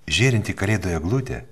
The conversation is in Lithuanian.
žėrinti kalėdų eglutė